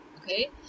okay